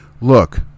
Look